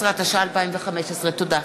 13), התשע"ה 2015. תודה.